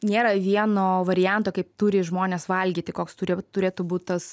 nėra vieno varianto kaip turi žmonės valgyti koks turi turėtų būt tas